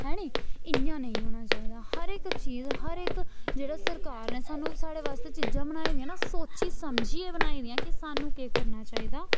हैनी इ'यां नेईं होना चाहिदा हर इक चीज हर इक जेह्ड़ा सरकार ने सानूं साढ़े बास्तै चीजां बनाई दियां ना सोची समझियै बनाई दियां कि सानूं केह् करना चाहिदा